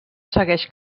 segueix